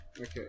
Okay